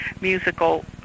musical